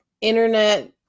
internet